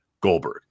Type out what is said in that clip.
Goldberg